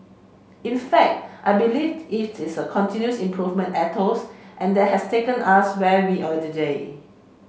in fact I believe it is a continuous improvement ethos and that has taken us where we are today